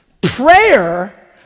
Prayer